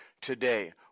today